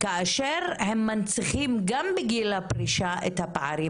כאשר הם מנציחים גם בגיל הפרישה את הפערים